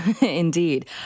Indeed